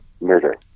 murder